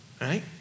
right